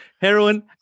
heroin